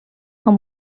amb